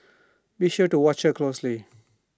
be sure to watch her closely